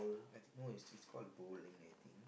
that's no it's called bowling I think